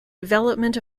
development